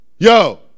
Yo